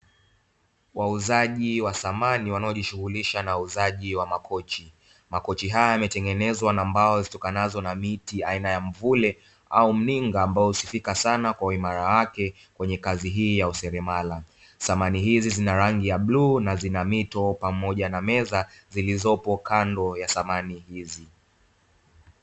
Wauzaji wa samani wanaojishughulisha na uuzaji wa makochi. Makochi haya yametengenezwa kwa mbao zitokanazo na miti aina ya mvule au mninga ambayo husifika sana kwa uimara wake kwenye kazi hii ya uselemala. Samani hizi zina rangi ya bluu na zina mito pamoja na meza zilizopo kando ya samani hizi.